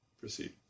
Proceed